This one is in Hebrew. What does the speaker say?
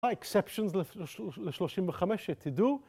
אקספציונס ל-35 שתדעו.